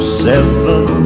seven